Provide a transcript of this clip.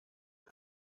für